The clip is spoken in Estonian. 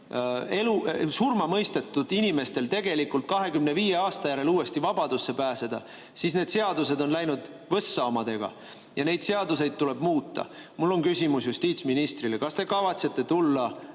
surmamõistetud inimestel 25 aasta järel uuesti vabadusse pääseda, siis need seadused on läinud omadega võssa ja neid seadusi tuleb muuta. Mul on küsimus justiitsministrile: kas te kavatsete tulla